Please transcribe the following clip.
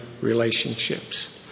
relationships